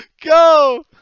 Go